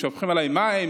שופכים עליהם מים,